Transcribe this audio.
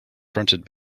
fronted